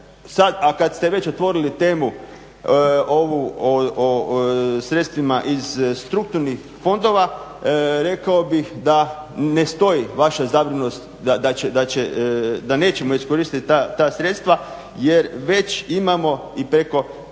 kad ste već otvorili temu ovu o sredstvima iz strukturnih fondova, rekao bih da ne stoji vaša zabrinutost da nećemo iskoristit ta sredstva jer već imamo i preko